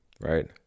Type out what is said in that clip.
right